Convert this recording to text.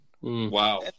Wow